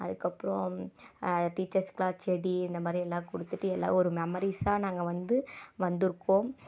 அதுக்கப்புறோம் டீச்சருக்குலாம் செடி இந்தமாதிரியெல்லாம் கொடுத்துட்டு எல்லா ஒரு மெமரீஸாக நாங்கள் வந்து வந்துருக்கோம்